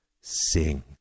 sing